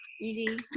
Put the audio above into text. easy